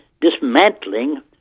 dismantling